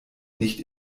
nicht